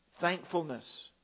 Thankfulness